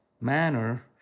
manner